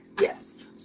Yes